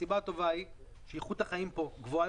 הסיבה הטובה היא שאיכות החיים פה גבוהה